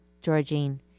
Georgine